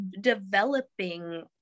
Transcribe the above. developing